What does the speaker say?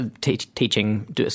teaching